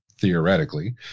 theoretically